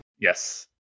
Yes